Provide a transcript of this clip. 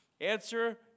Answer